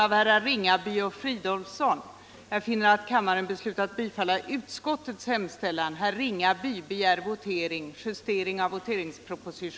2. hos regeringen hemställa om förslag angående särskild medelstilldelning till kommunerna för denna verksamhet.